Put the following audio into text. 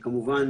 כמובן,